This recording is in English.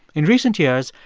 in recent years,